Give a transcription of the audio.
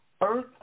Earth